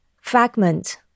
fragment